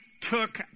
took